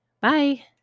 Bye